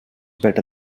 better